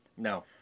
No